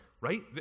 right